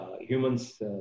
humans